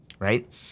Right